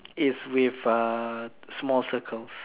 it's with uh small circles